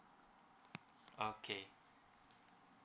okay